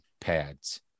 pads